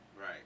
Right